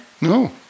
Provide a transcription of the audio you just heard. No